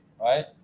right